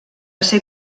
ser